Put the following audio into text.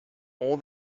all